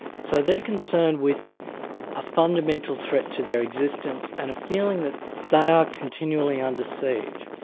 so they're concerned with a fundamental threat to their existence, and a feeling that they are continually under siege.